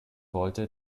wollte